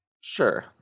Sure